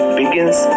begins